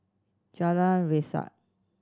Jalan Resak